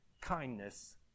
kindness